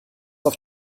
auf